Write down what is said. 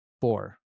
four